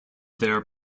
their